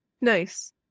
Nice